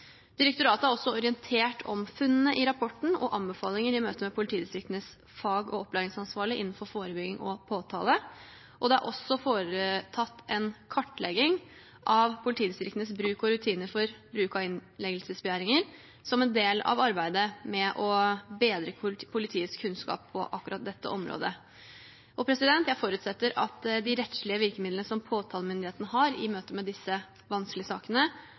Direktoratet har også orientert om funnene i rapporten og anbefalinger i møte ved politidistriktenes fag- og opplæringsansvarlig innenfor forebygging og påtale. Det er også foretatt en kartlegging av politidistriktenes rutiner for bruk av innleggelsesbegjæringer som en del av arbeidet med å bedre politiets kunnskap på akkurat dette området. Jeg forutsetter at de rettslige virkemidlene som påtalemyndigheten har i møte med disse vanskelige sakene,